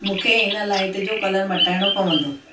मूंखे हिन लाइट जो कलर मटाइणो पवंदो